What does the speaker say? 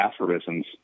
aphorisms